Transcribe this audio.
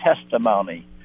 testimony